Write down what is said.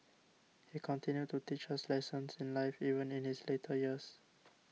he continued to teach us lessons in life even in his later years